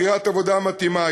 בחירת עבודה מתאימה,